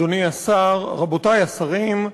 תודה לך, אדוני השר, רבותי השרים,